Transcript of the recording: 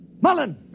Mullen